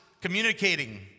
communicating